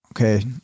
Okay